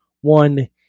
one